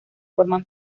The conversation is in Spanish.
forman